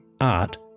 art